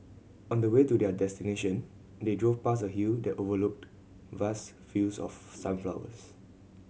on the way to their destination they drove past a hill that overlooked vast fields of sunflowers